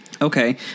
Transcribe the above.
okay